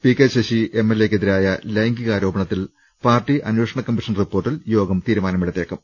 P K Sasi M L എയ്ക്കെതിരായ ലൈംഗികാരോപണത്തിൽ party അന്വേഷണ കമ്മീഷൻ റിപ്പോർട്ടിൽ യോഗം തീരുമാനമെടുത്തേക്കും